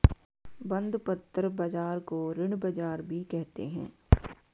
बंधपत्र बाज़ार को ऋण बाज़ार भी कहते हैं